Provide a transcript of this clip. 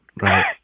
Right